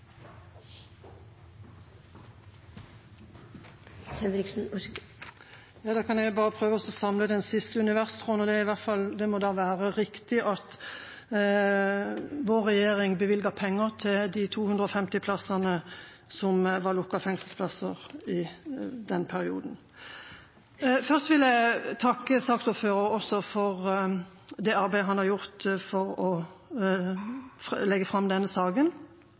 Ja, da kan jeg jo bare prøve å samle den siste universtråden. Det må da være riktig at vår regjering bevilget penger til de 250 plassene som var lukkede fengselsplasser i den perioden. Først vil jeg takke saksordføreren for det arbeidet han har gjort for å legge fram denne saken.